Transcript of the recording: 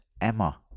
Emma